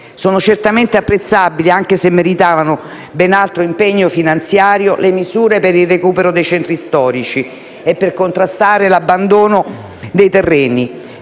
Sono certamente apprezzabili, anche se meritavano ben altro impegno finanziario, le misure per il recupero dei centri storici e per contrastare l'abbandono dei terreni,